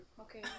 Okay